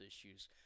issues